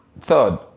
third